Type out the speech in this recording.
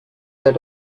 that